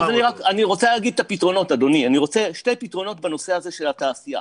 שני פתרונות בנושא הזה של התעשייה.